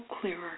clearer